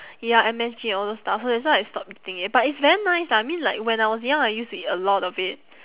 ya M_S_G and all those stuff so that's why I stopped eating it but it's very nice lah I mean like when I was young I used to eat a lot of it